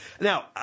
Now